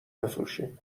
بفروشیم